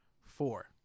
four